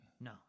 No